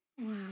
Wow